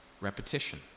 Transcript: Repetition